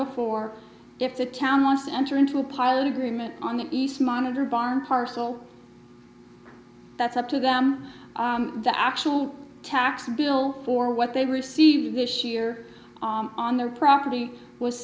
before if the town wants to enter into a pilot agreement on the east monitor barm parcel that's up to them that actual tax bill for what they receive the shear on their property was